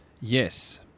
yes